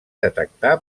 detectar